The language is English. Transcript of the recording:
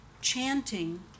chanting